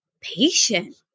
patient